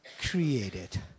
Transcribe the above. created